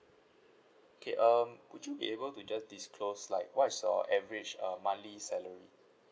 okay um would you be able to just disclose like what is your average um monthly salary